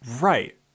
Right